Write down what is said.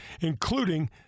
including